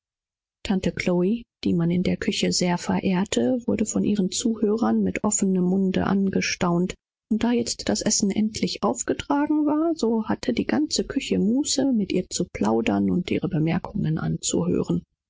tante chlo welche in der küche sehr geachtet war wurde von allen mit offenem munde angehört und da das mittagessen endlich glücklich abgesendet worden war so hatte die ganze küchenbevölkerung muße mit ihr zu schwatzen und ihre bemerkungen anzuhören